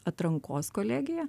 atrankos kolegija